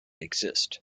exist